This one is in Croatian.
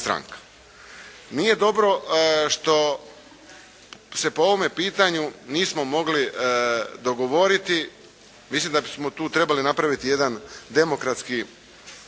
Nije dobro što se po ovome pitanju nismo mogli dogovoriti. Mislim da bismo tu trebali napraviti jedan demokratski